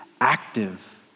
active